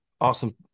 awesome